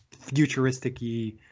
futuristic-y